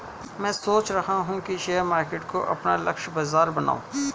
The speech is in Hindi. मैं सोच रहा हूँ कि शेयर मार्केट को अपना लक्ष्य बाजार बनाऊँ